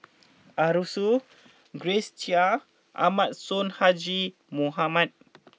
Arasu Grace Chia and Ahmad Sonhadji Mohamad